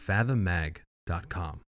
FathomMag.com